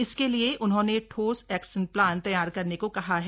इसके लिए उन्होंने ठोस एक्शन प्लान तैयार करने को कहा है